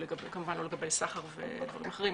לא לגבי סחר ודברים אחרים,